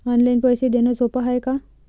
Online पैसे देण सोप हाय का?